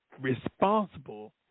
responsible